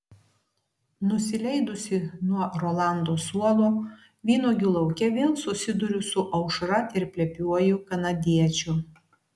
nusileidusi nuo rolando suolo vynuogių lauke vėl susiduriu su aušra ir plepiuoju kanadiečiu